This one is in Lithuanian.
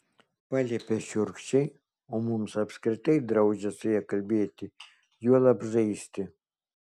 paliepia šiurkščiai o mums apskritai draudžia su ja kalbėti juolab žaisti